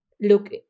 look